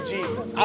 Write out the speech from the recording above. Jesus